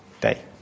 day